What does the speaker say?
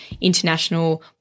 international